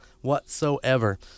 whatsoever